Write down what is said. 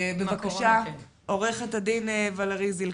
עו"ד ולרי זילכה,